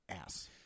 ass